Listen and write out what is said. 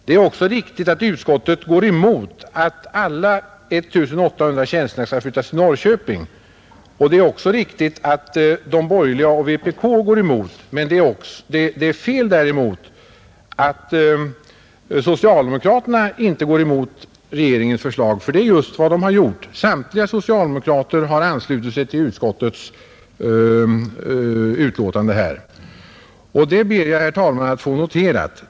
Det är riktigt att utskottet går emot att alla 1 800 tjänsterna skall flyttas till Norrköping. Det är även riktigt att de borgerliga och vpk går emot. Påståendet att socialdemokraterna inte går emot regeringens förslag är däremot felaktigt, ty det är just vad de har gjort. Samtliga socialdemokrater har anslutit sig till utskottets förslag här, och det ber jag, herr talman, att få noterat.